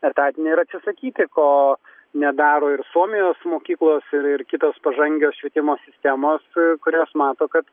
etatinio ir atsisakyti ko nedaro ir suomijos mokyklos ir kitos pažangios švietimo sistemos kurios mato kad